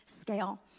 scale